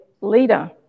leader